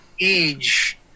age